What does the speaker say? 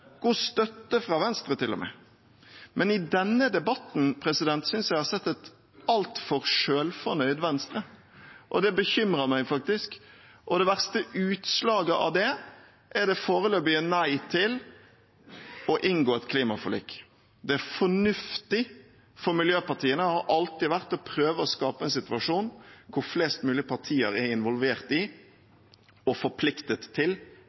god støtte fra Venstre, til og med. Men i denne debatten synes jeg at jeg har sett et altfor selvfornøyd Venstre, og det bekymrer meg faktisk. Det verste utslaget av det er det foreløpige nei til å inngå et klimaforlik. Det er fornuftig for miljøpartiene – det har det alltid vært – å prøve å skape en situasjon hvor flest mulig partier er involvert i og forpliktet til